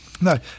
No